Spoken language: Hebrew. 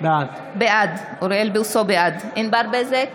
בעד ענבר בזק,